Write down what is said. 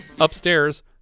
upstairs